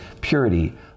purity